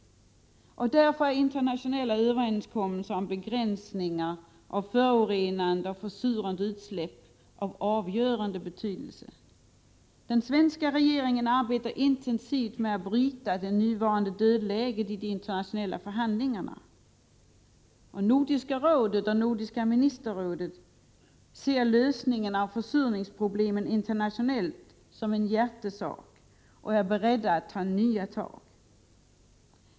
Därför är internationella överenskommelser om begränsningar av förorenande och försurande utsläpp av avgörande betydelse. Den svenska regeringen arbetar intensivt med att bryta det nuvarande dödläget i de internationella förhandlingarna. Nordiska rådet och Nordiska ministerrådet ser lösningen av försurningsproblemen internationellt som en hjärtesak och är beredda att ta nya tag.